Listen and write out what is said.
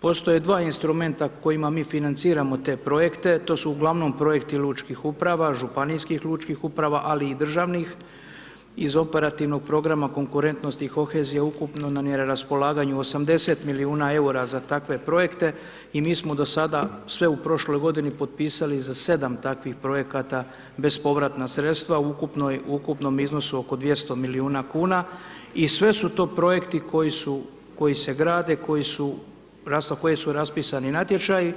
Postoje dva instrumenta kojima mi financiramo te projekte, to su uglavnom projekti lučkih uprava, županijskih lučkih uprava, ali i državnih iz operativnog programa konkurentnosti i kohezije, ukupno nam je na raspolaganju 80 milijuna EUR-a za takve projekte i mi smo do sada sve u prošloj godini potpisali za 7 takvih projekata bespovratna sredstva u ukupnom iznosu oko 200 milijuna kuna i sve su to projekti koje se grade, za koje su raspisani natječaji,